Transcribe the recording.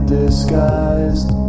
disguised